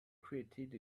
created